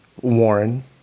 warren